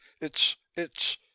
It's—it's—